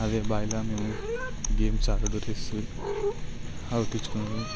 అదే బావిలో మేము గేమ్స్ ఆడుడుటీస్ ఔట్ ఇచ్చుకోవడం